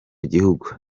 gihugu